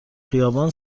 خیابان